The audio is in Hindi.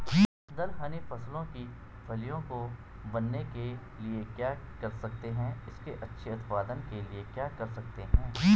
दलहनी फसलों की फलियों को बनने के लिए क्या कर सकते हैं इसके अच्छे उत्पादन के लिए क्या कर सकते हैं?